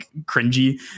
cringy